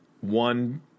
one